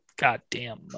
goddamn